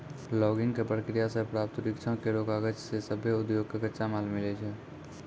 logging क प्रक्रिया सें प्राप्त वृक्षो केरो कागज सें सभ्भे उद्योग कॅ कच्चा माल मिलै छै